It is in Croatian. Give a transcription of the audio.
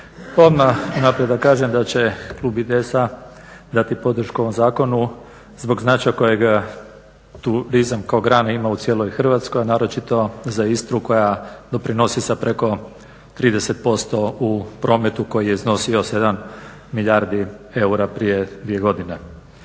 Odmah unaprijed da kažem da će Klub IDS-a dati podršku ovom zakonu zbog značaja kojeg turizam kao grane ima u cijeloj Hrvatskoj a naročito za Istru koja doprinosi sa preko 30% u prometu koji je iznosio 7 milijardi eura prije 2 godine.